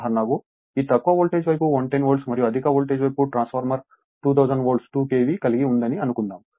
ఉదాహరణకు ఈ తక్కువ వోల్టేజ్ వైపు 110 వోల్ట్ మరియు అధిక వోల్టేజ్ వైపు ట్రాన్స్ఫార్మర్ 2000 వోల్ట్ 2 KV కలిగి ఉందని అనుకుందాం